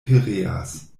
pereas